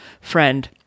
friend